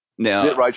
Now